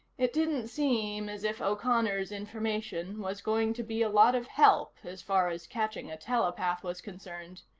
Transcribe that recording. it didn't seem as if o'connor's information was going to be a lot of help as far as catching a telepath was concerned.